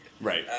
Right